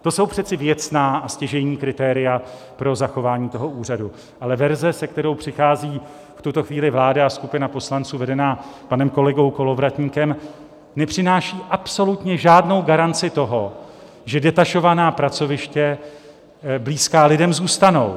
To jsou přece věcná a stěžejní kritéria pro zachování toho úřadu, ale verze, se kterou přichází v tuto chvíli vláda a skupina poslanců vedená panem kolegou Kolovratníkem, nepřináší absolutně žádnou garanci toho, že detašovaná pracoviště blízká lidem zůstanou.